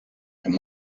and